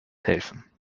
helfen